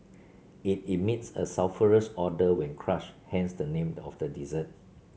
it emits a sulphurous odour when crushed hence the name of the dessert